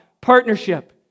partnership